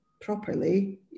properly